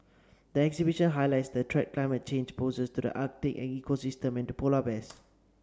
the exhibition highlights the threat climate change poses to the Arctic ecosystems and polar bears